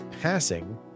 passing